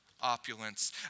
opulence